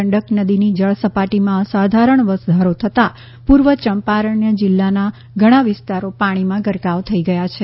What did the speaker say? ગંડક નદીની જળસપાટીમાં અસાધારણ વધારો થતાં પુર્વ ચંપારણ જિલ્લાના ઘણા વિસ્તારો પાણીમાં ગરકાવ થઈ ગયા છે